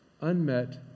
Unmet